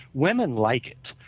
woman like it,